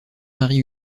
marie